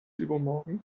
übermorgen